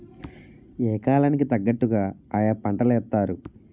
yeah కాలం కి తగ్గట్టుగా ఆయా పంటలేత్తారు